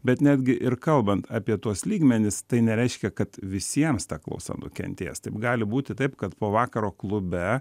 bet netgi ir kalbant apie tuos lygmenis tai nereiškia kad visiems ta klausa nukentės taip gali būti taip kad po vakaro klube